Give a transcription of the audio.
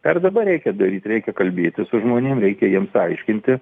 tą ir dabar reikia daryt reikia kalbėtis su žmonėm reikia jiems aiškinti